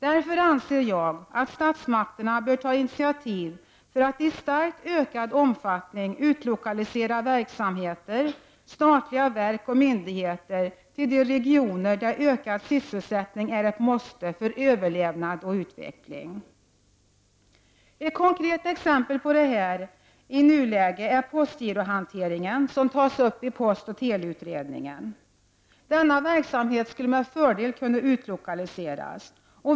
Därför anser jag att statsmakterna bör ta initiativ till en starkt ökad utlokalisering av verksamheter och statliga verk och myndigheter till de regioner där ökad sysselsättning är ett måste för regionens överlevnad och utveckling. Ett konkret exempel i nuläget i det sammanhanget är postgirohanteringen, som tas upp i post och teleutredningen. Denna verksamhet skulle med fördel kunna utlokaliseras.